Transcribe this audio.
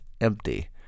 empty